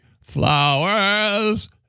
flowers